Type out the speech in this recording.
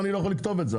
בוא נכתוב בחוק.